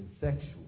sexual